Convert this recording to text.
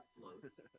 floats